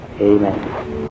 Amen